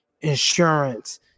insurance